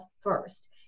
first